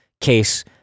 case